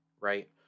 right